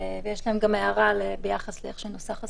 ויש להם גם הערה ביחס לאיך שמנוסח הסעיף.